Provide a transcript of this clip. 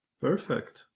Perfect